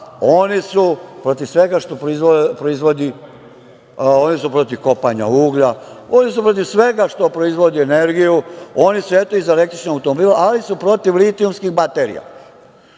oni su protiv svega što proizvodi, oni što protiv kopanja uglja, oni su protiv svega što proizvodi energiju, oni su eto i za električne automobile, ali su protiv litijumskih baterija,